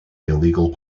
illegal